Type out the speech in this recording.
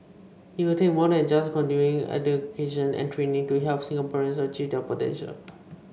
it will take more than just continuing education and training to help Singaporeans achieve their potential